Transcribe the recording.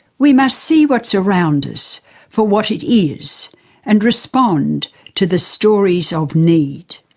we must see what's around us for what it is and respond to the stories of need.